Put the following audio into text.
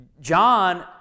John